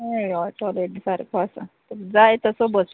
हय ऑ टॉलेट सारको आसा तुक जाय तसो बस